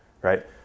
right